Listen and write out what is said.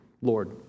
lord